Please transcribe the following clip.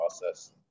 process